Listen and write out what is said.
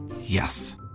Yes